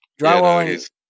drywalling